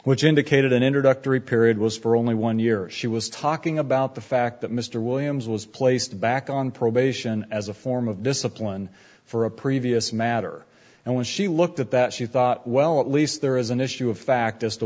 which indicated an introductory period was for only one years she was talking about the fact that mr williams was placed back on probation as a form of discipline for a previous matter and when she looked at that she thought well at least there is an issue of fact as to